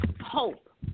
hope